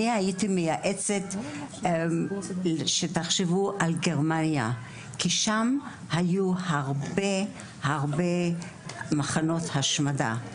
אני הייתי מייעצת שתחשבו על גרמניה כי שם היו הרבה מחנות השמדה.